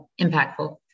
impactful